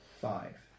Five